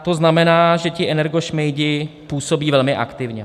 To znamená, že energošmejdi působí velmi aktivně.